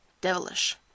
devilish